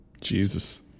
Jesus